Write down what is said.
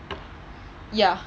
ya